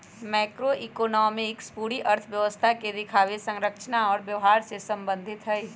macroeconomics पूरी अर्थव्यवस्था के दिखावे, संरचना और व्यवहार से संबंधित हई